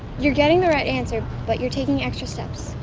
you're getting the right answer, but your taking extra steps.